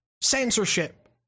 censorship